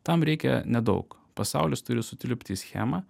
tam reikia nedaug pasaulis turi sutilpti į schemą